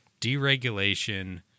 deregulation